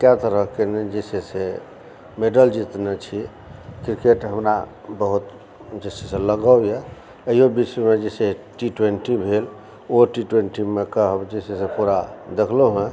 कएक तरहके नहि जे छै से मेडल जीतने छी क्रिकेट हमरा बहुत जे छै से लगाव यऽ कहियो विश्वमे जे छै से टी टवेन्टी भेल ओहो टी ट्वेन्टी जे छै से हम पूरा देखलहुँ हँ